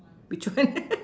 between